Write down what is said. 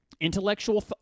intellectual